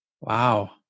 Wow